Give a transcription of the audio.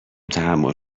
تحمل